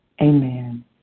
Amen